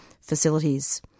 facilities